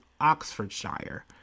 Oxfordshire